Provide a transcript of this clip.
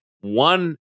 one